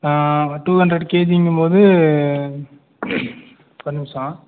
two hundred கேஜிங்கும் போது ஒரு நிமிஷம்